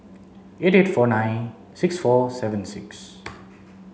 eight four nine six four seven six